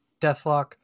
Deathlock